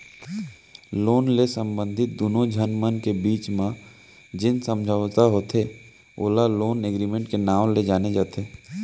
loan ले संबंधित दुनो झन मन के बीच म जेन समझौता होथे ओला लोन एगरिमेंट के नांव ले जाने जाथे